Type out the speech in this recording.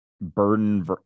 Burden